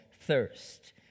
thirst